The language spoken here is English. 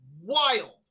wild